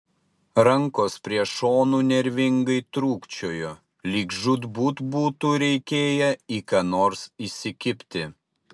rankos prie šonų nervingai trūkčiojo lyg žūtbūt būtų reikėję į ką nors įsikibti